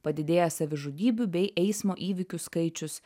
padidėja savižudybių bei eismo įvykių skaičius